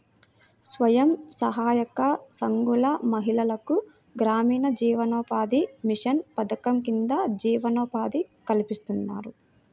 స్వయం సహాయక సంఘాల మహిళలకు గ్రామీణ జీవనోపాధి మిషన్ పథకం కింద జీవనోపాధి కల్పిస్తున్నారు